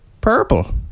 Purple